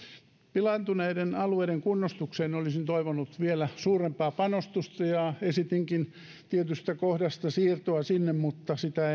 pilaantuneiden alueiden kunnostukseen olisin toivonut vielä suurempaa panostusta ja esitinkin tietystä kohdasta siirtoa sinne mutta sitä